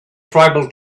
tribal